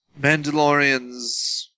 Mandalorians